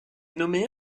nommée